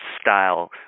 style